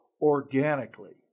organically